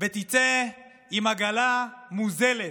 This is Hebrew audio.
ותצא עם עגלה מוזלת,